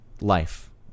life